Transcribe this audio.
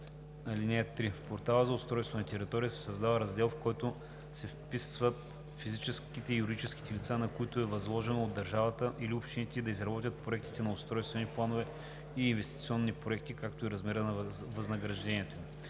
(3) В Портала за устройството на територията се създава раздел, в който се вписват физическите и юридическите лица, на които е възложено от държавата или общините да изработят проекти на устройствени планове и инвестиционни проекти, както и размера на възнаграждението им.